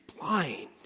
blind